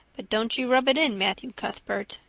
but don't you rub it in, matthew cuthbert.